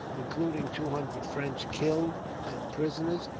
including two hundred french killed and prisoners,